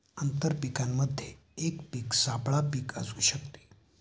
आंतर पीकामध्ये एक पीक सापळा पीक असू शकते